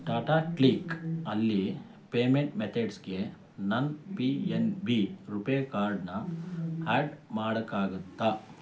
Tata Cliq ಅಲ್ಲಿ payment ಮೆತಡ್ಸ್ಗೆ ನನ್ನ ಪಿ ಎನ್ ಬಿ ರೂಪೇ ಕಾರ್ಡ್ನ ಆ್ಯಡ್ ಮಾಡೋಕ್ಕಾಗುತ್ತಾ